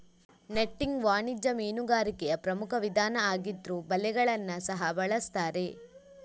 netting ವಾಣಿಜ್ಯ ಮೀನುಗಾರಿಕೆಯ ಪ್ರಮುಖ ವಿಧಾನ ಆಗಿದ್ರೂ ಬಲೆಗಳನ್ನ ಸಹ ಬಳಸ್ತಾರೆ